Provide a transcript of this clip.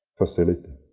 facility.